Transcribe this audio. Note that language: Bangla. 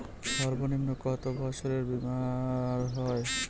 সর্বনিম্ন কত বছরের বীমার হয়?